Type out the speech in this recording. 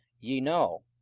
ye know,